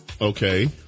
Okay